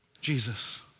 Jesus